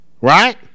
right